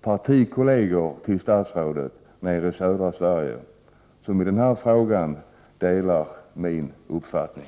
partikolleger till statsrådet i södra Sverige som i den här frågan delar min uppfattning.